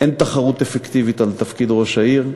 אין תחרות אפקטיבית על תפקיד ראש העיר,